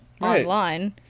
online